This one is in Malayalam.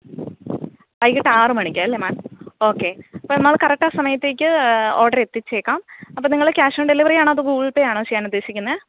വൈകിട്ട് ആറ് മണിക്ക് അല്ലെ മാം ഒക്കെ അപ്പം മാം കറക്റ്റ് ആ സമയത്തേക്ക് ഓർഡറ് എത്തിച്ചേക്കാം അപ്പോൾ നിങ്ങൾ ക്യാഷ് ഓൺ ഡെലിവറി ആണോ അതോ ഗൂഗിൾ പേ ആണോ ചെയ്യാൻ ഉദ്ദേശിച്ചേക്കുന്നത്